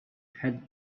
had